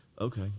Okay